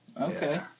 Okay